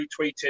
retweeted